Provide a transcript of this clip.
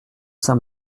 saint